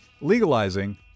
legalizing